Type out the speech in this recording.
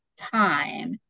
time